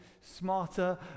smarter